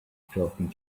talking